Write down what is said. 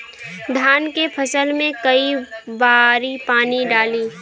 धान के फसल मे कई बारी पानी डाली?